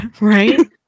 Right